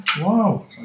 Wow